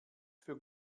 für